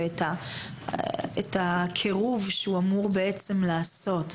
ואת הקירוב שהוא אמור בעצם לעשות.